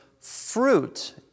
fruit